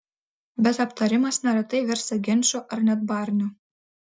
bet aptarimas neretai virsta ginču ar net barniu